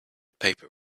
paper